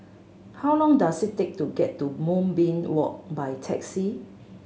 how long does it take to get to Moonbeam Walk by taxi